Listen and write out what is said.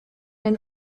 den